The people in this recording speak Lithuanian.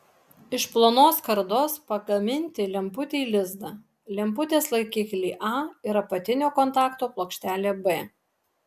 iš plonos skardos pagaminti lemputei lizdą lemputės laikiklį a ir apatinio kontakto plokštelę b